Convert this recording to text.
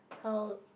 how